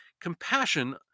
compassion